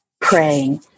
praying